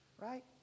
right